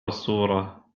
الصورة